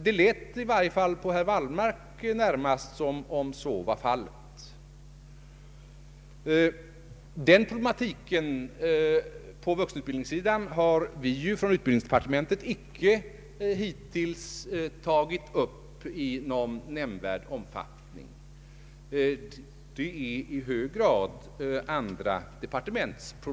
Det lät i varje fall på herr Wallmark närmast som om så var fallet. Den problematiken på vuxenutbildningssidan har vi från utbildningsdepartementet icke hittills tagit upp i någon nämnvärd omfattning, den berör i hög grad andra departement.